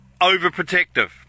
overprotective